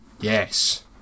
Yes